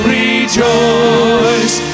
rejoice